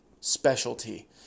specialty